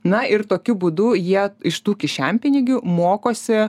na ir tokiu būdu jie iš tų kišenpinigių mokosi